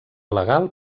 legal